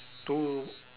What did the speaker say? two